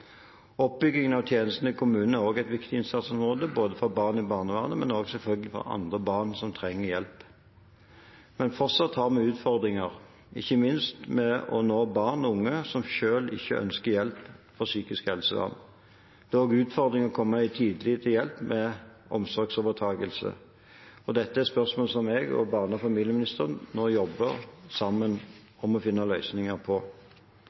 Oppbyggingen av tjenestene i kommunene er et viktig innsatsområde, både for barn i barnevernet og selvfølgelig også for andre barn som trenger hjelp. Men fortsatt har vi utfordringer, ikke minst med å nå barn og unge som selv ikke ønsker hjelp fra psykisk helsevern. Det er også en utfordring å komme tidlig til med hjelp ved omsorgsovertakelse. Dette er spørsmål som jeg og barne- og familieministeren nå jobber sammen om å finne løsninger på.